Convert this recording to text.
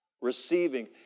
Receiving